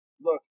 look